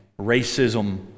racism